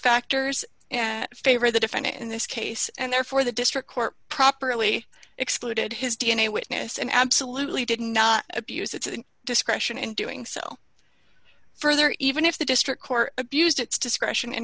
factors and favor the defendant in this case and therefore the district court properly excluded his d n a witness and absolutely did not abuse its discretion in doing so further even if the district court abused its discretion in